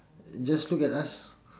just look at us